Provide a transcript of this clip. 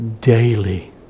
daily